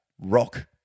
rock